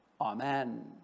Amen